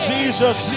Jesus